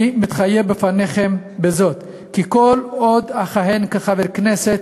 אני מתחייב בפניכם בזאת כי כל עוד אכהן כחבר הכנסת,